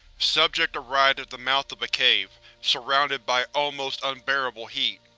subject arrived at the mouth of a cave, surrounded by almost unbearable heat.